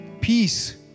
Peace